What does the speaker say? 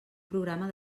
programa